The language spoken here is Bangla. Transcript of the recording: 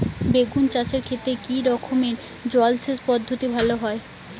বেগুন চাষের ক্ষেত্রে কি রকমের জলসেচ পদ্ধতি ভালো হয়?